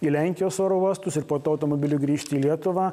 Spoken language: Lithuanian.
į lenkijos oro uostus ir po to automobiliu grįžti į lietuvą